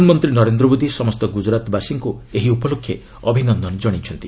ପ୍ରଧାନମନ୍ତ୍ରୀ ନରେନ୍ଦ୍ର ମୋଦି ସମସ୍ତ ଗୁଜରାତ୍ବାସୀଙ୍କୁ ଏହି ଉପଲକ୍ଷେ ଅଭିନନ୍ଦନ କଣାଇଛନ୍ତି